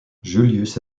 julius